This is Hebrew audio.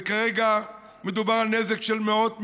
וכרגע מדובר על נזק של מאות מיליונים.